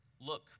look